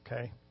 okay